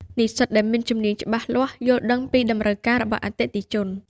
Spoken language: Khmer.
និស្សិតដែលមានជំនាញច្បាស់លាស់យល់ដឹងពីតម្រូវការរបស់អតិថិជន។